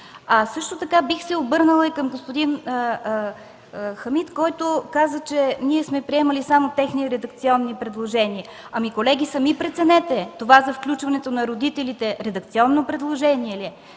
Също така бих се обърнала и към господин Хамид, който каза, че ние сме приемали само техни редакционни предложения. Колеги, сами преценете – включването на родителите, редакционно предложение ли